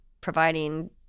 providing